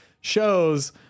shows